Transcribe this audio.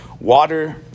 Water